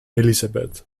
elisabeth